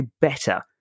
better